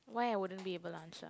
why I wouldn't be able to answer